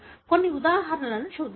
కొన్ని ఉదాహరణ లను చూద్దాం